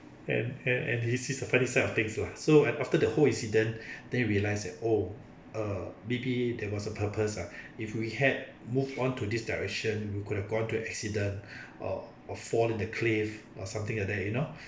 and and and he sees the funny side of things lah so after the whole incident then you realised that oh uh maybe there was a purpose ah if we had moved on to this direction we could have gone to accident or a fall in the cliff or something like that you know